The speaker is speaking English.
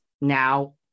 now